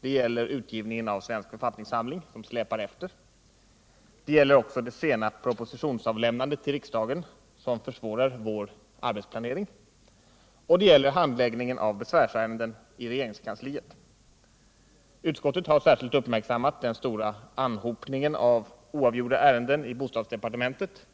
Det gäller utgivningen av Svensk författningssamling, som släpar efter. Det gäller också det sena propositionsavlämnandet till riksdagen, som försvårar vår arbetsplanering. Och det gäller handläggningen av besvärsärenden i regeringskansliet. Utskottet har särskilt uppmärksammat den stora anhopningen av oavgjorda ärenden i bostadsdepartementet